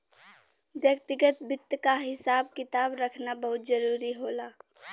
व्यक्तिगत वित्त क हिसाब किताब रखना बहुत जरूरी होला